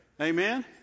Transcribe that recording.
Amen